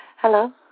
Hello